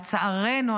לצערנו,